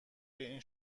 این